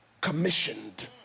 commissioned